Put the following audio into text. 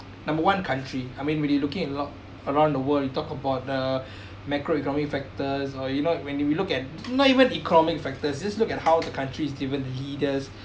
number one country I mean really looking at lock around the world you talk about the macroeconomic factors or you know when we look at not even economic factors just look at how the country's given the leaders